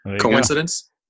coincidence